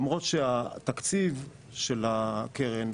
למרות שהתקציב של הקרן,